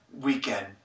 weekend